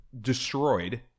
destroyed